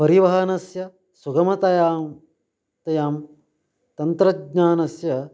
परिवहनस्य सुगमतया तया तन्त्रज्ञानस्य